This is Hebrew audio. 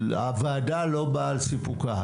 הוועדה לא באה על סיפוקה.